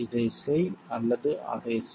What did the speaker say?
இதைச் செய் அல்லது அதைச் செய்